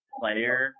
player